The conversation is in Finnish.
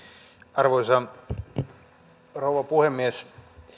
arvoisa rouva puhemies